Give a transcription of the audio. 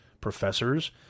professors